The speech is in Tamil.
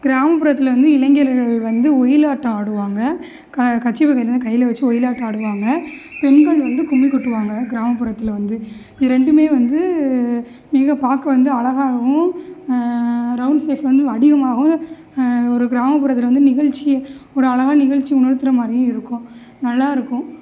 கிராமப்புறத்தில் வந்து இளைஞர்கள் வந்து ஒயிலாட்டம் ஆடுவாங்க கர்ச்சீப்பை வந்து கையில் வச்சு ஒயிலாட்டம் ஆடுவாங்க பெண்கள் வந்து கும்மி கொட்டுவாங்க கிராமப்புறத்தி வந்து இது ரெண்டுமே வந்து மிக பார்க்க வந்து அழகாகவும் ரவுண்ட் ஷேப் வந்து வடிவமாகவும் ஒரு கிராமப்புறத்தி வந்து நிகழ்ச்சி ஒரு அழகான நிகழ்ச்சி உணர்த்துகிற மாதிரியும் இருக்கும் நல்லா இருக்கும்